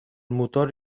motor